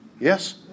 Yes